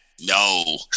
no